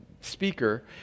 speaker